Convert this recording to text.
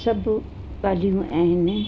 सभु परियां आहिनि